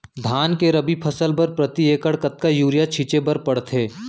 धान के रबि फसल बर प्रति एकड़ कतका यूरिया छिंचे बर पड़थे?